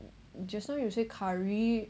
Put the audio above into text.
just now you say curry